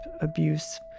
abuse